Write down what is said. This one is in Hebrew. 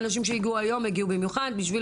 האנשים שהגיעו היום הגיעו במיוחד בשביל